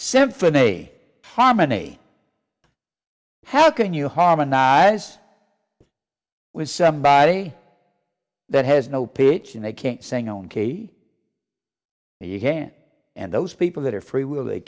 symphony harmony how can you harmonize with somebody that has no ph and they can't sing on key and you can't and those people that are free will they